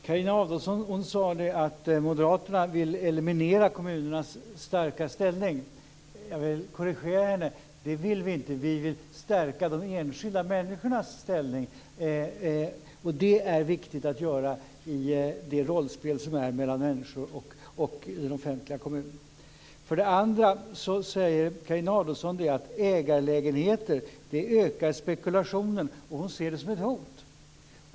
Fru talman! För det första sade Carina Adolfsson att moderaterna vill eliminera kommunernas starka ställning. Jag vill korrigera henne. Det vill vi inte. Vi vill stärka de enskilda människornas ställning, och det är viktigt att göra i det rollspel som är mellan människor och det offentliga, kommunen. För det andra sade Carina Adolfsson att ägarlägenheter ökar spekulationen och att hon ser det som ett hot.